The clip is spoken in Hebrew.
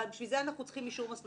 לשם כך אנחנו צריכים אישור הסעה.